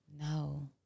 no